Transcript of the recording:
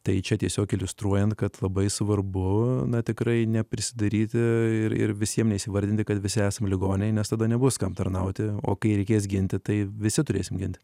tai čia tiesiog iliustruojant kad labai svarbu na tikrai neprisidaryti ir ir visiem neįsivardinti kad visi esam ligoniai nes tada nebus kam tarnauti o kai reikės ginti tai visi turėsim ginti